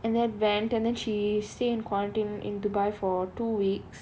and then went and then she stay in quarantine in dubai for two weeks